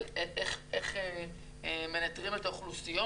על איך מנטרים את האוכלוסיות.